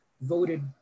voted